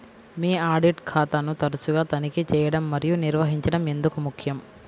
మీ audit ఖాతాను తరచుగా తనిఖీ చేయడం మరియు నిర్వహించడం ఎందుకు ముఖ్యం?